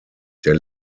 der